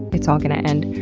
it's all gonna end.